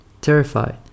Terrified